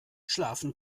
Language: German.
schlafen